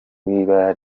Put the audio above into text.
w’ibara